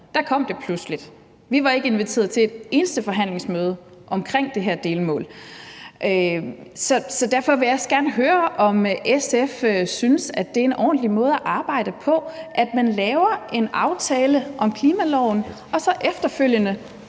kom det pludseligt. Vi var ikke inviteret til et eneste forhandlingsmøde omkring det her delmål. Så derfor vil jeg også gerne høre, om SF synes, at det er en ordentlig måde at arbejde på, altså at man laver en aftale om klimaloven og så efterfølgende